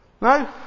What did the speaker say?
No